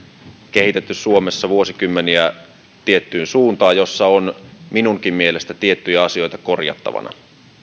kehitetty suomessa vuosikymmeniä tiettyyn suuntaan jossa on minunkin mielestäni tiettyjä asioita korjattavana muun